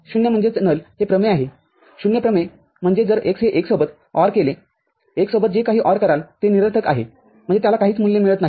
शून्य हे प्रमेय आहे शून्य प्रमेय म्हणजे जर x हे १ सोबत OR केले एक सोबत जे काही OR कराल ते निरर्थक होते म्हणजे त्याला काहीच मूल्य मिळत नाही